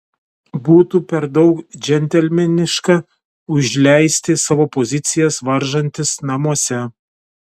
būtų per daug džentelmeniška užleisti savo pozicijas varžantis namuose